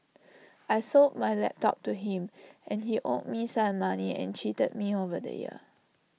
I sold my laptop to him and he owed me some money and cheated me over the year